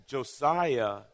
Josiah